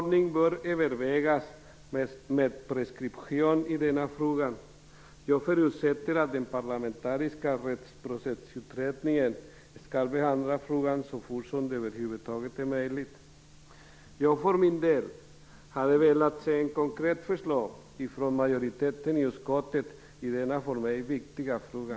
Det bör övervägas en ordning med preskription i denna fråga. Jag förutsätter att den parlamentariska rättsprocessutredningen skall behandla frågan så fort som det över huvud taget är möjligt. Jag för min del hade velat se ett konkret förslag från majoriteten i utskottet i denna för mig viktiga fråga.